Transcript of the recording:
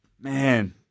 Man